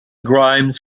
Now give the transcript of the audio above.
grimes